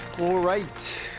all right.